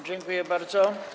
Dziękuję bardzo.